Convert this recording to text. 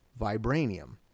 vibranium